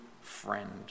friend